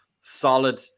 solid